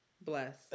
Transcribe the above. Bless